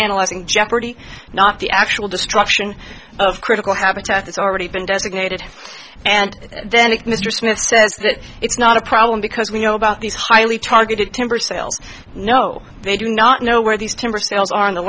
analyzing jeopardy not the actual destruction of critical habitat that's already been designated and then if mr smith says that it's not a problem because we know about these highly targeted timber sales no they do not know where these timber sales are in the